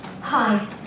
Hi